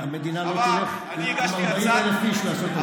המדינה לא תלך עם 40,000 איש לעשות את זה.